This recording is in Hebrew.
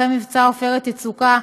אחרי מבצע עופרת יצוקה,